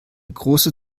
große